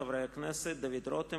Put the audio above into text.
חברי הכנסת דוד רותם,